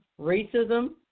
racism